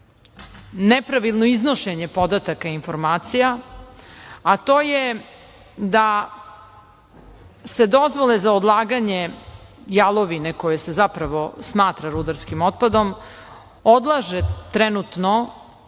nepravilno iznošenje podataka i informacija, a to je da se dozvole za odlaganje jalovine, koja se smatra rudarskim otpadom, odlaže trenutno